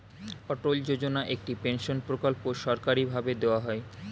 অটল যোজনা একটি পেনশন প্রকল্প সরকারি ভাবে দেওয়া হয়